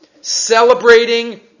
celebrating